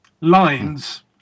lines